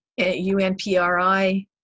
unpri